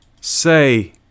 say